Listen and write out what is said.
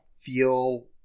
feel